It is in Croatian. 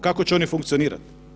Kako će oni funkcionirati?